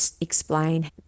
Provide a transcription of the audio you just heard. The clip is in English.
explain